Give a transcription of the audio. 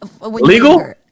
legal